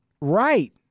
Right